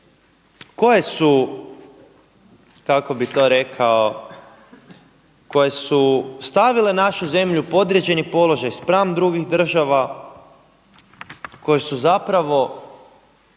koje su, kako bih to rekao, koje su stavile našu zemlju u podređeni položaj spram drugih država, koje su zapravo